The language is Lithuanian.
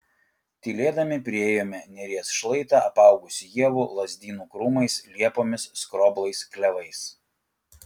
tylėdami priėjome neries šlaitą apaugusį ievų lazdynų krūmais liepomis skroblais klevais